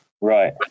Right